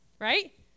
Right